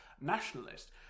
nationalist